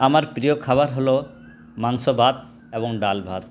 আমার প্রিয় খাবার হল মাংস ভাত এবং ডাল ভাত